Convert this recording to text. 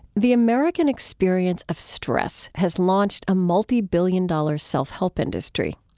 the american experience of stress has launched a multibillion-dollar self-help industry.